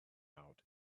out